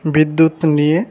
বিদ্যুৎ নিয়ে